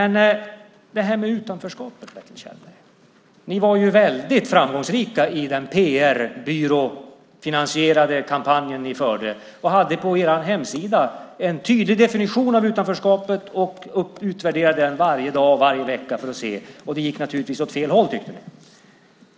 När det gäller utanförskapet, Bertil Kjellberg, var ni väldigt framgångsrika med den PR-byrå-finansierade kampanj ni förde, och ni hade på er hemsida en tydlig definition av utanförskapet. Ni utvärderade den varje dag och varje vecka för att se vad som hände. Det gick naturligtvis åt fel håll, tyckte ni.